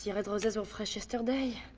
yeah red roses were fresh yesterday.